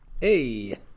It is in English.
Hey